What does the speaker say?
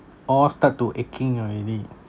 all start to aching already